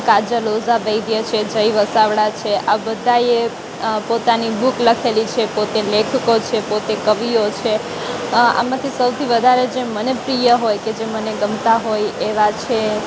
કાજલ ઓઝા વૈદ્ય છે જય વસાવડા છે આ બધાય પોતાની બૂક લખેલી છે પોતે લેખકો છે પોતે કવિઓ છે આમાંથી સૌથી વધારે જે મને પ્રિય હોય કે જે મને ગમતા હોય એવા છે